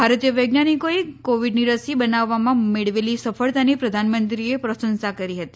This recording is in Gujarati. ભારતીય વૈજ્ઞાનિકોએ કોવિડની રસી બનાવવામાં મેળવેલી સફળતાની પ્રધાનમંત્રીએ પ્રશંસા કરી હતી